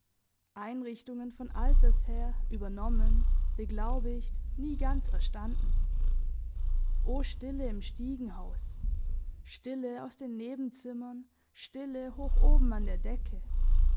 einrichtungen von alters her übernommen beglaubigt nie ganz verstanden o stille im stiegenhaus stille aus den nebenzimmern stille hoch oben an der decke